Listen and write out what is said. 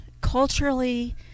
culturally